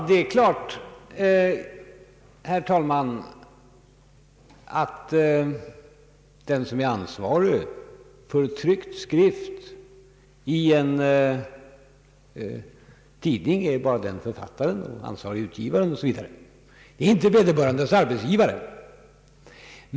Herr talman! Det är klart att den som är ansvarig för tryckt skrift är förfat taren, ansvarige utgivaren o.s.v. och inte vederbörandes arbetsgivare.